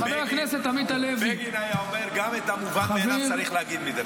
-- בגין היה אומר: גם את המובן מאליו צריך להגיד מדי פעם.